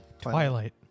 Twilight